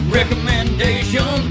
Recommendation